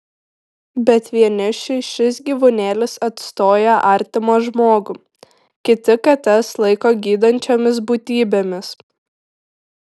bet vienišiui šis gyvūnėlis atstoja artimą žmogų kiti kates laiko gydančiomis būtybėmis